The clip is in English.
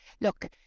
look